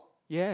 yes